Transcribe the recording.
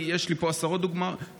יש לי פה עשרות דוגמאות,